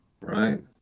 right